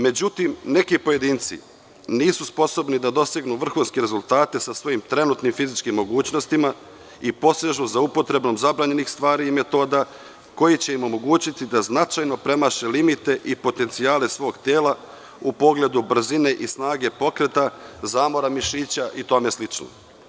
Međutim, neki pojedinci nisu sposobni da dosegnu vrhunske rezultate sa svojim trenutnim fizičkim mogućnostima i posežu za upotrebom zabranjenih stvari i metoda, koji će im omogućiti da značajno premaše limite i potencijale svog tela u pogledu brzine i snage pokreta, zamora mišića i tome slično.